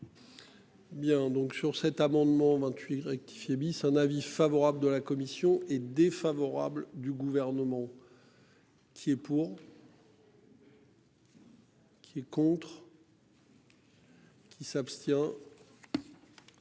Bien donc sur cet amendement 28 rectifié bis, un avis favorable de la commission est défavorable du gouvernement. Qui est pour. Qui est contre. Qui s'abstient.